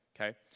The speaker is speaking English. Okay